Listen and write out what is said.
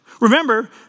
Remember